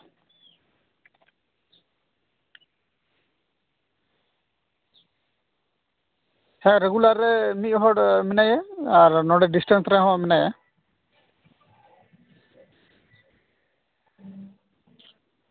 ᱦᱮᱸ ᱨᱮᱜᱩᱞᱟᱨ ᱨᱮ ᱢᱤᱫ ᱦᱚᱲ ᱢᱮᱱᱟᱭᱟ ᱟᱨ ᱱᱚᱸᱰᱮ ᱰᱤᱥᱴᱮᱱᱥ ᱨᱮᱦᱚᱸ ᱢᱮᱱᱟᱭᱟ